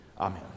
Amen